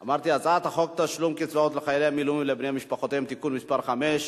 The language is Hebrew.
חוק תשלום קצבאות לחיילי מילואים ולבני משפחותיהם (תיקון מס' 5),